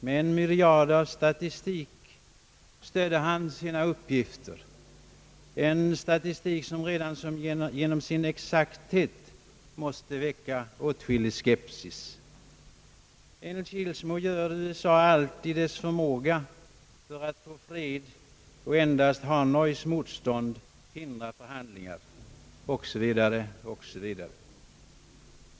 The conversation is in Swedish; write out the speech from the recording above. Med en myriadstatistik stödde han sina uppgifter, en statistik som redan genom sin exakthet måste väcka åtskillig skepsis. Enligt herr Kilsmo gör USA allt som står i dess förmåga för att få fred, och endast Hanois motstånd hindrar förhandlingar, o.s.v.